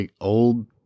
old